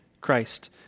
Christ